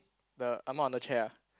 the ah ma on the chair ah